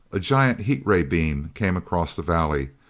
a giant heat-ray beam came across the valley.